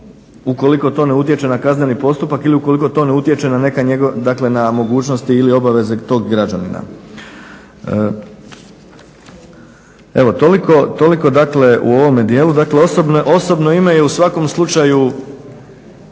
Ukoliko to ne utječe na kazneni postupak ili ukoliko to ne utječe na neka njegova, dakle na mogućnosti ili obaveze tog građanina. Evo toliko, dakle u ovome dijelu. Dakle, osobno ime je u svakom slučaju,